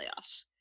playoffs